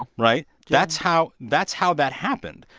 right? that's how that's how that happened.